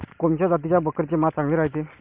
कोनच्या जातीच्या बकरीचे मांस चांगले रायते?